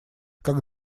как